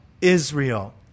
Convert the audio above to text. Israel